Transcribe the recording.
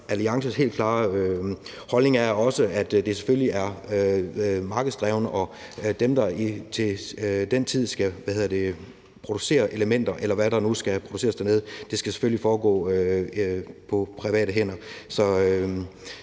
Alliances klare holdning er også, at det selvfølgelig er markedsdrevet, og at det skal være sådan med de elementer, eller hvad der nu skal produceres dernede til den tid, at det selvfølgelig skal være på private hænder.